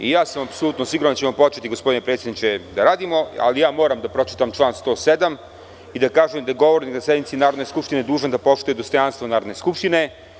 I ja sam apsolutno siguran da ćemo početi gospodine predsedniče da radimo, ali moram da pročitam član 107. i da kažem da je – govornik na sednici Narodne skupštine dužan da poštuje dostojanstvo Narodne skupštine.